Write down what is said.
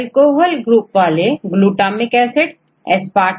तो हम इन केमिकल ग्रुप को कंपेयर करें तो यह20 एमिनो एसिड रेसिड्यू में पाए जाते हैं